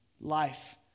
life